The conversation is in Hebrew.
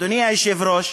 אדוני היושב-ראש,